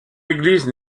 église